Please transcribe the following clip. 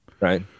right